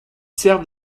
servent